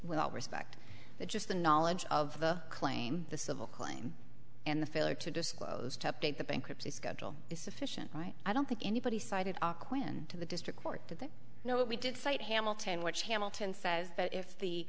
all respect that just the knowledge of the claim the civil claim and the failure to disclose to update the bankruptcy schedule is sufficient right i don't think anybody cited quinn to the district court that they know what we did cite hamilton which hamilton says that if the